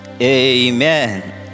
Amen